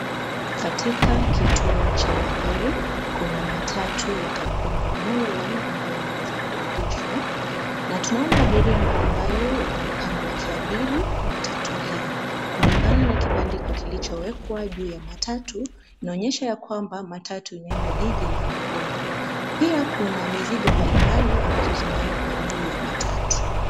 Katika kituo cha magari kuna matatu ya kampuni ya Molo Line ambayo imeweza kuegeshwa na tunaona abiria mbalimbali wanaonekana wakiabiri matatu hii. Kulingana na kibandiko kilichowekwa juu ya matatu kinaonyesha ya kwamba matatu inaenda jiji la Nakuru. Pia kuna mizigo mbalimbali ambazo zimewekwa juu ya matatu.